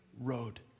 road